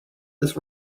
this